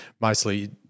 Mostly